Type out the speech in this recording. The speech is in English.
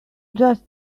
just